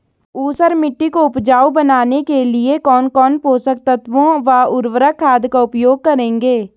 ऊसर मिट्टी को उपजाऊ बनाने के लिए कौन कौन पोषक तत्वों व उर्वरक खाद का उपयोग करेंगे?